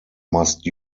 must